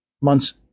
month's